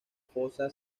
fosa